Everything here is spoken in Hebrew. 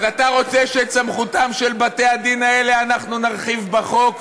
אז אתה רוצה שאת סמכותם של בתי-הדין האלה אנחנו נרחיב בחוק?